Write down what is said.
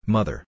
Mother